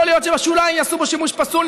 יכול להיות שבשוליים יעשו בו שימוש פסול,